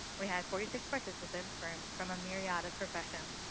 we had forty six participants from from a myriad of professions.